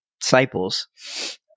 disciples